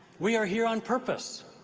we are here on purpose.